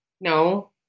No